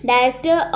Director